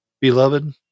Beloved